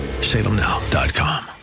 salemnow.com